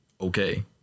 okay